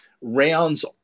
rounds